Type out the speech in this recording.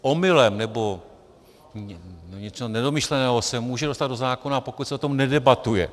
Omylem nebo něco nedomyšleného se může dostat do zákona, pokud se o tom nedebatuje.